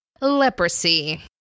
leprosy